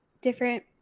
different